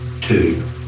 Two